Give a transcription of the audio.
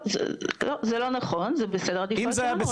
לא, זה לא נכון, זה בסדר העדיפויות שלנו.